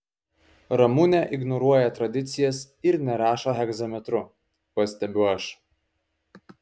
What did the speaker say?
ramunė ignoruoja tradicijas ir nerašo hegzametru pastebiu aš